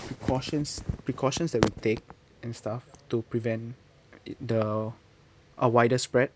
precautions precautions that we take and stuff to prevent i~ the a wider spread